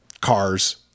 cars